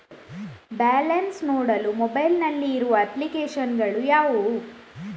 Balance ನೋಡಲು mobile ನಲ್ಲಿ ಇರುವ ಅಪ್ಲಿಕೇಶನ್ ಗಳು ಯಾವುವು?